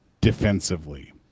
defensively